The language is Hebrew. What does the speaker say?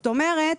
זאת אומרת